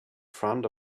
front